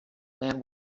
man